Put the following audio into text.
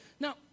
Now